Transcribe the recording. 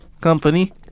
company